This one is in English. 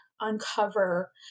uncover